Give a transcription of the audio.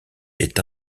est